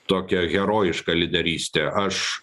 tokią herojišką lyderystę aš